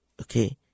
okay